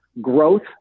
growth